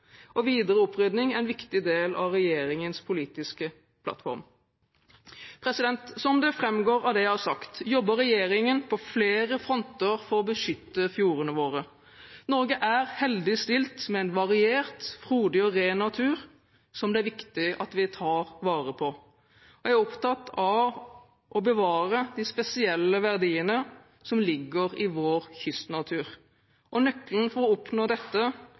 Videre opprydding er en viktig del av regjeringens politiske plattform. Som det framgår av det jeg har sagt, jobber regjeringen på flere fronter for å beskytte fjordene våre. Norge er heldig stilt, med en variert, frodig og ren natur som det er viktig at vi tar vare på. Jeg er opptatt av å bevare de spesielle verdiene som ligger i vår kystnatur. Nøkkelen for å oppnå dette